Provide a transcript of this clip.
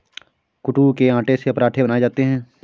कूटू के आटे से पराठे बनाये जाते है